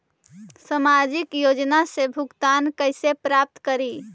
सामाजिक योजना से भुगतान कैसे प्राप्त करी?